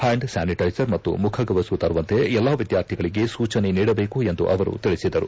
hand sanitiser ಮತ್ತು ಮುಖಗವಸು ತರುವಂತೆ ಎಲ್ಲಾ ವಿದ್ಯಾರ್ಥಿಗಳಿಗೆ ಸೂಚನೆ ನೀಡಬೇಕು ಎಂದು ಅವರು ತಿಳಿಸಿದರು